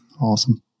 awesome